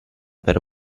per